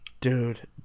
Dude